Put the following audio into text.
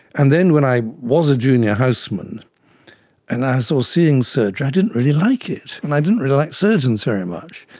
and then when i was a junior houseman and i was so seeing surgery, i didn't really like it, and i didn't really like surgeons very much.